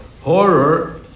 horror